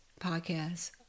podcast